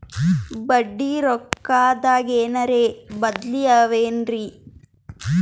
ಬಡ್ಡಿ ರೊಕ್ಕದಾಗೇನರ ಬದ್ಲೀ ಅವೇನ್ರಿ?